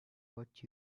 what